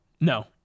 No